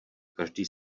každý